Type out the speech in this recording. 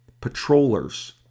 patrollers